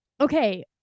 okay